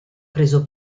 preso